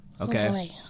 Okay